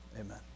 Amen